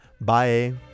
bye